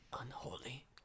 unholy